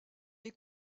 est